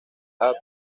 abd